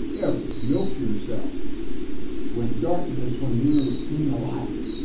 ever yoke yourself with darkness when you're in the light,